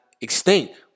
extinct